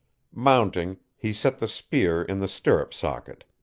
mounting, he set the spear in the stirrup socket.